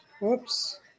Whoops